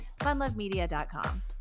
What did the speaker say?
Funlovemedia.com